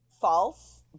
false